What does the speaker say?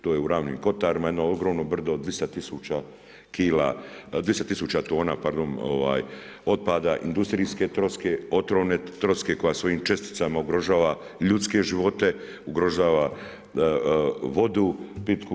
To je u Ravnim kotarima, jedno ogromno brdo od 200 000 kila, 200 tisuća tona pardon otpada, industrijske troske, otrovne troske koja svojim česticama ugrožava ljudske živote, ugrožava vodu pitku.